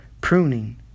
Pruning